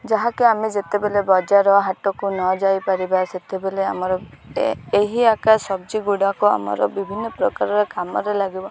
ଯାହାକି ଆମେ ଯେତେବେଳେ ବଜାର ହାଟକୁ ନ ଯାଇପାରିବା ସେତେବେଳେ ଆମର ଏହି ଆକା ସବ୍ଜିଗୁଡ଼ାକ ଆମର ବିଭିନ୍ନ ପ୍ରକାରର କାମରେ ଲାଗିବ